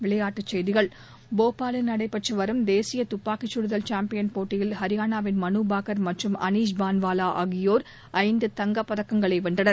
விளையாட்டுச்செய்திகள் போபாலில் நடைபெற்று வரும் தேசிய துப்பாக்கிச்சுடுதல் சாம்பியன் போட்டியில் ஹரியானாவின் மனு பாக்கர் மற்றும் அனீஷ் பன்வாலா ஆகியோர் ஐந்து தங்கப்பதக்கங்களை வென்றனர்